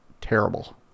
terrible